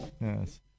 Yes